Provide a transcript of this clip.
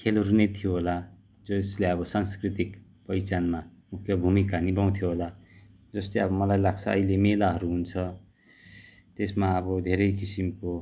खेलहरू नै थियो होला जसले अब सांस्कृतिक पहिचानमा मुख्य भूमिका निभाउथ्यो होला जस्तै अब मलाई लाग्छ अहिले मेलाहरू हुन्छ त्यसमा अब धेरै किसिमको